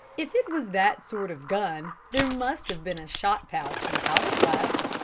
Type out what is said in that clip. if it was that sort of gun, there must have been a shot-pouch and powder-flask.